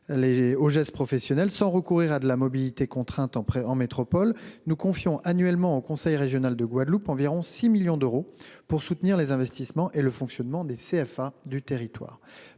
les gestes professionnels sans recourir à de la mobilité contrainte en métropole, nous allouons annuellement au conseil régional de Guadeloupe environ 6 millions d'euros pour soutenir les investissements et le fonctionnement des centres